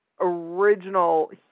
original